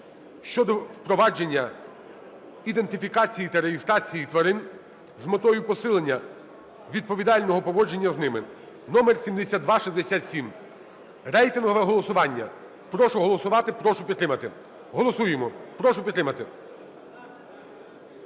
(щодо впровадження ідентифікації та реєстрації тварин з метою посилення відповідального поводження з ними) (№ 7267). Рейтингове голосування. Прошу голосувати, прошу підтримати. Голосуємо. Прошу підтримати.